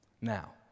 Now